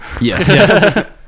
Yes